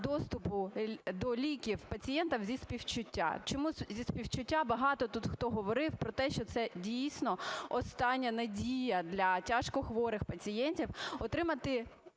доступу до ліків пацієнтам зі співчуття". Чому зі співчуття? Багато тут хто говорив про те, що це дійсно остання надія для тяжкохворих пацієнтів отримати